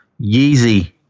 Yeezy